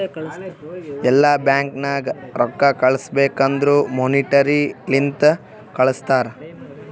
ಎಲ್ಲಾ ಬ್ಯಾಂಕ್ ನಾಗ್ ರೊಕ್ಕಾ ಕಳುಸ್ಬೇಕ್ ಅಂದುರ್ ಮೋನಿಟರಿ ಲಿಂತೆ ಕಳ್ಸುತಾರ್